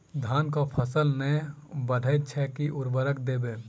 धान कऽ फसल नै बढ़य छै केँ उर्वरक देबै?